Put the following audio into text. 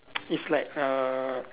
it's like err